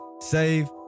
save